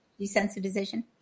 desensitization